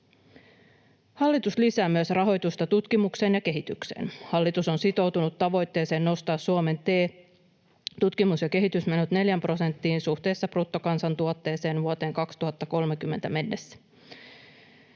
Hallitus lisää myös rahoitusta tutkimukseen ja kehitykseen. Hallitus on sitoutunut tavoitteeseen nostaa Suomen tutkimus- ja kehitysmenot neljään prosenttiin suhteessa bruttokansantuotteeseen vuoteen 2030 mennessä.